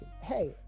hey